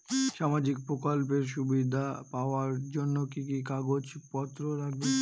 সামাজিক প্রকল্পের সুবিধা পাওয়ার জন্য কি কি কাগজ পত্র লাগবে?